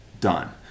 done